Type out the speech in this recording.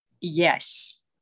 Yes